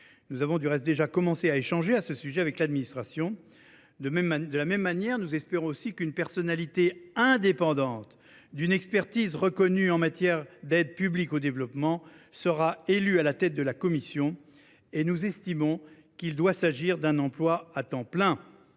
nous avons déjà commencé nos échanges avec l’administration sur ce sujet. De même, nous espérons qu’une personnalité indépendante, d’une expertise reconnue en matière d’aide publique au développement, sera élue à la tête de la commission ; nous estimons qu’il doit s’agir d’un emploi à temps plein.